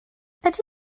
ydy